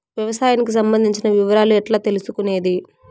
వ్యవసాయానికి సంబంధించిన వివరాలు ఎట్లా తెలుసుకొనేది?